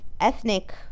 ethnic